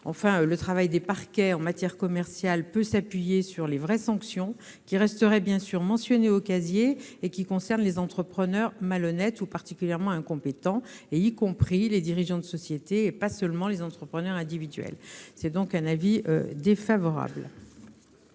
Enfin, le travail des parquets en matière commerciale peut s'appuyer sur les vraies sanctions, qui resteraient bien sûr mentionnées au casier et qui concernent les entrepreneurs malhonnêtes ou particulièrement incompétents, y compris les dirigeants de société et pas seulement les entrepreneurs individuels. L'avis est donc défavorable.